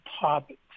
topics